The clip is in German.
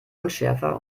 unschärfer